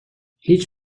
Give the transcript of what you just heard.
هیچ